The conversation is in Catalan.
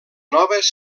noves